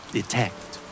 Detect